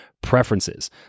preferences